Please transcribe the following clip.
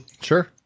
Sure